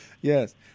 Yes